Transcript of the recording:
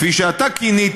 כפי שאתה כינית,